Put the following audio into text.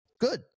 good